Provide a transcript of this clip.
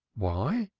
why?